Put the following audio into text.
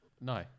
No